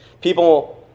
People